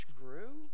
grew